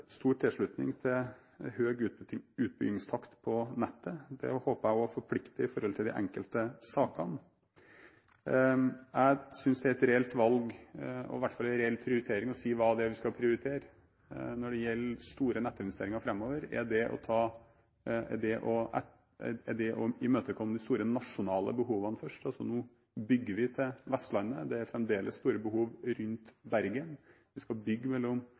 stor tilslutning til høy utbyggingstakt på nettet. Det håper jeg også forplikter i forhold til de enkelte sakene. Jeg synes det er et reelt valg – i hvert fall en reell prioritering – å si hva det er vi skal prioritere. Når det gjelder store nettinvesteringer framover, er det å imøtekomme de store nasjonale behovene først. Nå bygger vi til Vestlandet. Det er fremdeles store behov rundt Bergen. Vi skal bygge mellom